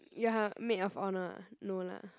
you're her maid of honour ah no lah